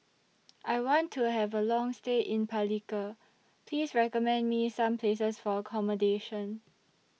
I want to Have A Long stay in Palikir Please recommend Me Some Places For accommodation